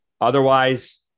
Otherwise